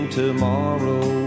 tomorrow